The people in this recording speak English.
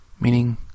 meaning